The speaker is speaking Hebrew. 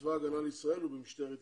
בצבא הגנה לישראל ובמשטרת ישראל.